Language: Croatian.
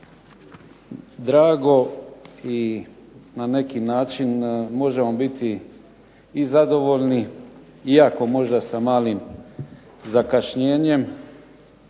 drago i na neki način možemo biti i zadovoljni iako možda sa malim zakašnjenjem